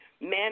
Men